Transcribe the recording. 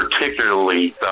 particularly